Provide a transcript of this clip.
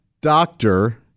doctor